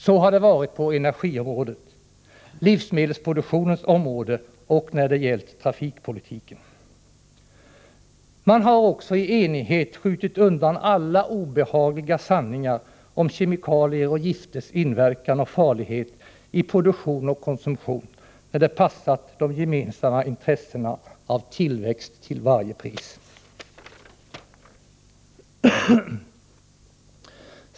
Så har det varit på energiområdet och livsmedelsproduktionens område och när det gällt trafikpolitiken. Man har också i enighet skjutit undan alla obehagliga sanningar om kemikaliers och gifters inverkan och farlighet i produktion och konsumtion när det passat de gemensamma intressena av tillväxt till varje pris.